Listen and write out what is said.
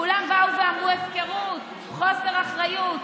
כולם באו ואמרו: הפקרות, חוסר אחריות.